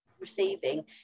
receiving